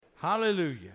Hallelujah